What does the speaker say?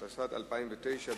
התשס”ט 2009,